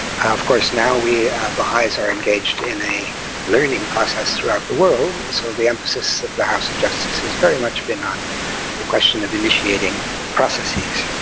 of course now we baha'is are engaged in a learning process throughout the world, so the emphasis of the house of justice has very much been on the question of initiating processes.